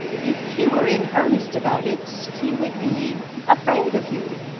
if you were in earnest about it he would be afraid of you.